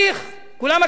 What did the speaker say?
כולם מכירים אותו,